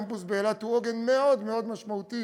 הקמפוס באילת הוא עוגן מאוד משמעותי